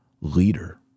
leader